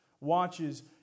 Watches